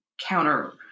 counter